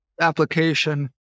application